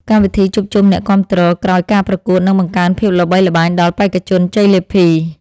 កម្មវិធីជួបជុំអ្នកគាំទ្រក្រោយការប្រកួតនឹងបង្កើនភាពល្បីល្បាញដល់បេក្ខជនជ័យលាភី។